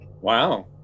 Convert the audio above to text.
Wow